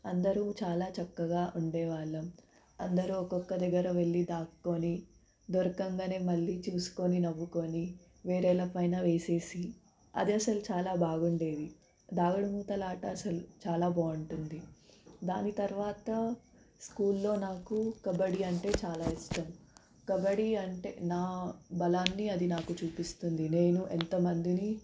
అందరూ చాలా చక్కగా ఉండే వాళ్ళం అందరూ ఒక్కొక్క దగ్గర వెళ్ళి దాక్కొని దొరకగానే మళ్ళీ చూసుకొని నవ్వుకొని వేరేలా పైన వేసేసి అదే అసలు చాలా బాగుండేది దాగుడుమూతలు ఆట అసలు చాలా బాగుంటుంది దాని తర్వాత స్కూల్లో నాకు కబ్బడి అంటే చాలా ఇష్టం కబడ్డీ అంటే నా బలాన్ని అని నాకు చూపిస్తుంది నేను ఎంతమందిని